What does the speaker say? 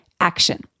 action